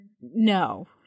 No